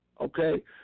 okay